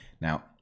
Now